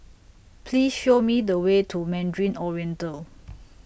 Please Show Me The Way to Mandarin Oriental